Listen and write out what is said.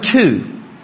two